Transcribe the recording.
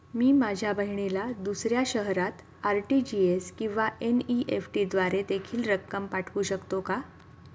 मी माझ्या बहिणीला दुसऱ्या शहरात आर.टी.जी.एस किंवा एन.इ.एफ.टी द्वारे देखील रक्कम पाठवू शकतो का?